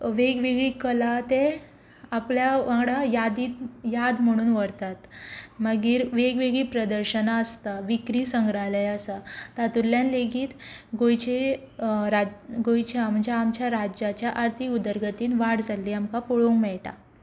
वेग वेगळी कला ते आपल्या वांगडा यादीक याद म्हणून व्हरतात मागीर वेग वेगळीं प्रदर्शनां आसता विक्री संग्रहालय आसा तातूंतल्यान लेगीत गोंयचे गोंयच्या म्हणचे आमच्या राज्याच्या आर्थीक उदरगतीन वाड जाल्ली आमकां पळोवंक मेळटा